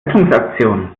rettungsaktion